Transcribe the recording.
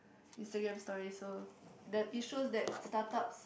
Instagram story so the it shows that startups